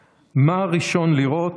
/ מה ראשון לראות?